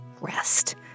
Rest